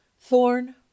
Thorn